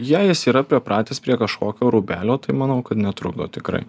jie jis yra pripratęs prie kažkokio rūbelio tai manau kad netrukdo tikrai